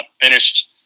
Finished